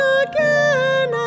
again